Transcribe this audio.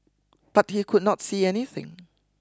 but he could not see anything